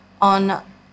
on